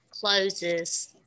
closes